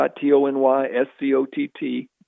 T-O-N-Y-S-C-O-T-T